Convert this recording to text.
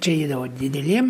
čia yra dideliem